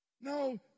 No